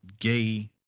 gay